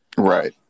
right